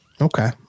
Okay